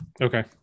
Okay